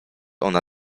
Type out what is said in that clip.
ona